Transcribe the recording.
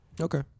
Okay